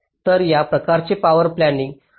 तर या प्रकारचे पॉवर प्लानिंग नेटवर्क आपण देखील करता